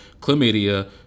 chlamydia